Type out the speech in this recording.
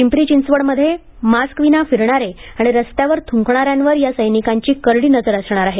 पिंपरी चिंचवड मध्ये मास्क विना फिरणारे आणि रस्त्यावर थुंकणाऱ्यांवर या सैनिकांची करडी नजर असणार आहे